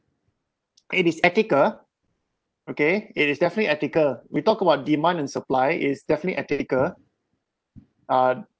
it is ethical okay it is definitely ethical we talk about demand and supply it's definitely ethical uh